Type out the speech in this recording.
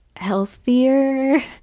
healthier